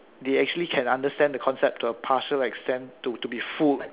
they actually can understand the concept to a partial extent to to be fooled